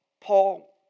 Paul